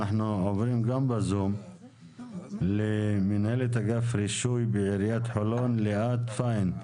אנחנו עוברים למנהלת אגף רישוי בעיריית חולון ליאת פיין,